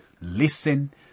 Listen